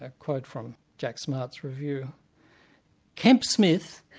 ah quote from jack smart's review kemp smith,